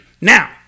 now